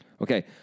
Okay